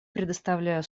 предоставляю